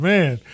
Man